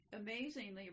Amazingly